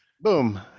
Boom